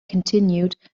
continued